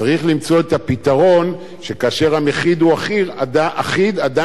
צריך למצוא את הפתרון שכאשר המחיר אחיד עדיין,